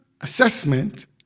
assessment